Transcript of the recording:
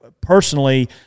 personally